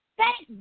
thank